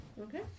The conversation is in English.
Okay